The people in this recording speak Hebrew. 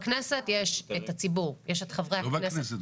בכנסת יש את הציבור, יש את חברי הכנסת.